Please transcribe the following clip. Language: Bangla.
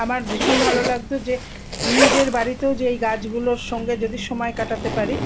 আমার ভীষণ ভালো লাগতো যে নিজের বাড়িতেও যেই গাছগুলোর সঙ্গে যদি সময় কাটাতে পারি